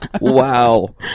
Wow